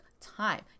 time